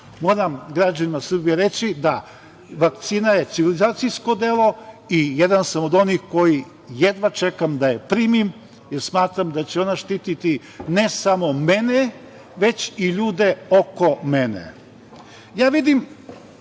moram građanima Srbije reći da je vakcina civilizacijsko delo i jedan sam od onih koji jedva čekam da je primim jer smatram da će ona štititi ne samo mene, već i ljude oko mene. Ono što